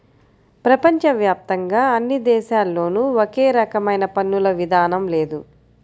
ప్రపంచ వ్యాప్తంగా అన్ని దేశాల్లోనూ ఒకే రకమైన పన్నుల విధానం లేదు